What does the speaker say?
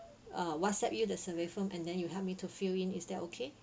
uh whatsapp you the survey form and then you help me to fill in is that okay